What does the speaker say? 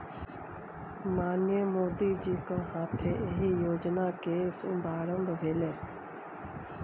माननीय मोदीजीक हाथे एहि योजना केर शुभारंभ भेलै